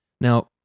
Now